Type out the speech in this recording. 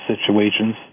situations